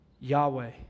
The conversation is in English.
Yahweh